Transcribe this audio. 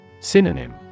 Synonym